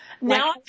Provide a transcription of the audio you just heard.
now